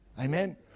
Amen